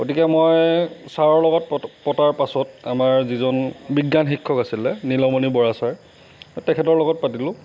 গতিকে মই ছাৰৰ লগত পতা পতাৰ পাছত আমাৰ যিজন বিজ্ঞান শিক্ষক আছিলে নীলমণি বৰা ছাৰ তেখেতৰ লগত পাতিলোঁ